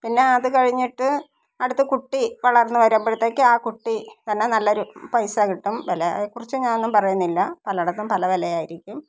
പിന്നെ അത് കഴിഞ്ഞിട്ട് അടുത്തകുട്ടി വളര്ന്നുവരുമ്പോഴത്തേക്ക് ആ കുട്ടി തന്നെ നല്ലൊരു പൈസ കിട്ടും വിലയെകുറിച്ച് ഞാന് ഒന്നും പറയുന്നില്ല പലയിടത്തും പല വിലയായി രിക്കും